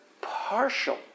partial